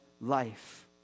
life